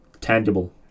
tangible